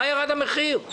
מה ירד המחיר?